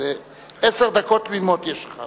עשר דקות תמימות יש לך,